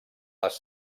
les